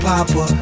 Papa